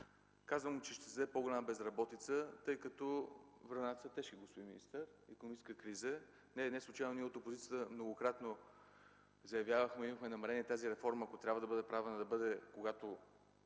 Казвам, че ще създаде по-голяма безработица, тъй като времената са тежки, господин министър, икономическа криза е. Неслучайно ние от опозицията многократно заявявахме и имахме намерения, ако трябва да бъде правена тази реформа,